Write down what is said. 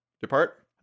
depart